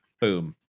Boom